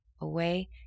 away